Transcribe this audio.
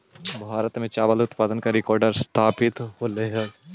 भारत में चावल के उत्पादन का रिकॉर्ड स्थापित होइल हई